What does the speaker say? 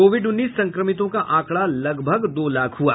Covid उन्नीस संक्रमितों का आंकड़ा लगभग दो लाख हुआ